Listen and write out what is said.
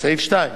סעיף 2?